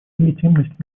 легитимность